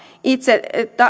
itse